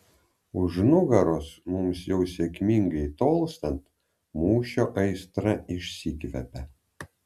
už nugaros mums jau sėkmingai tolstant mūšio aistra išsikvepia